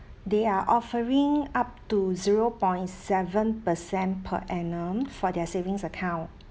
they are offering up to zero point seven percent per annum for their savings account